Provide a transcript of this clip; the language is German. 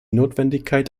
notwendigkeit